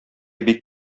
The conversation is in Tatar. бик